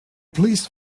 please